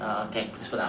I can put